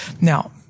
Now